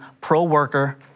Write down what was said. pro-worker